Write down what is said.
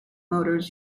motors